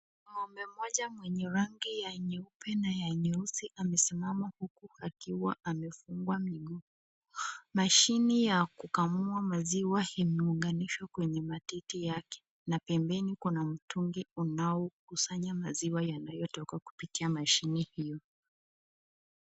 Ng'ombe mmoja mwenye rangi ya nyeupe na ya nyeusi amesimama uku akiwa amefungwa miguu. Mashini ya kukamua maziwa imeuganishwa kwenye matiti yake na pembeni kuna mtungi unaokusanya maziwa yanayotoka kupitia mashini hio.